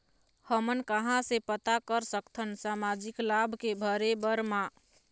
हमन कहां से पता कर सकथन सामाजिक लाभ के भरे बर मा?